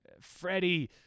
Freddie